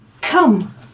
Come